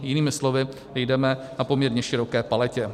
Jinými slovy, jdeme na poměrně široké paletě.